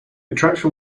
attraction